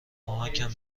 کمکم